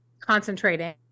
concentrating